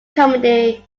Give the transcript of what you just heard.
comedy